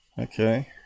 Okay